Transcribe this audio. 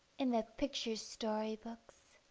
in the picture story-books.